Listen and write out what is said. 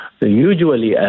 Usually